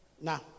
Now